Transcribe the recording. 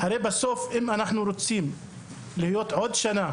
כי הרי אם בסוף אנחנו רוצים לכנס דיון בעוד שנה